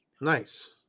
Nice